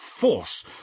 force